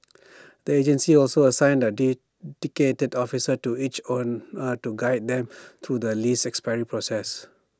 the agency also assigned A dedicated officer to each owner to guide them through the lease expiry process